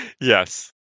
Yes